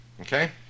Okay